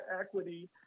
equity